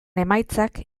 emaitzak